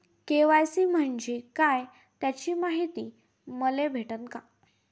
KYC म्हंजे काय त्याची मायती मले भेटन का?